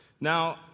Now